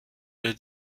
elle